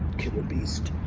killer beast.